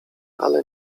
ale